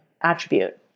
attribute